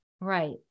right